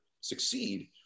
succeed